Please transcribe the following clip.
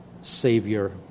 Savior